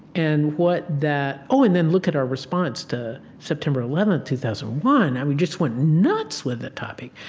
and what that oh, and then look at our response to september eleven, two thousand one. and we just went nuts with the topic.